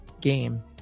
game